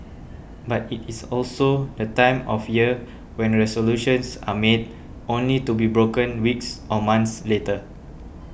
but it is also the time of year when resolutions are made only to be broken weeks or months later